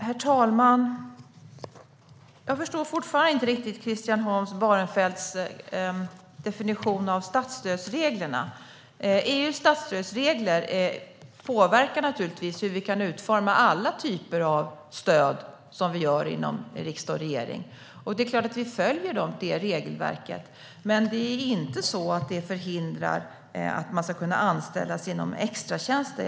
Herr talman! Jag förstår fortfarande inte riktigt Christian Holm Barenfelds definition av statsstödsreglerna. EU:s statsstödsregler påverkar naturligtvis hur vi kan utforma alla typer av stöd som vi har inom riksdag och regering. Det är klart att vi följer regelverket. Men reglerna förhindrar inte att man ska kunna anställas inom extratjänster.